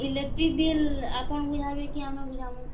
electric bill ଆପଣଙ୍କୁ ଝାମୁ କି ଆମକୁ ଝାମୁ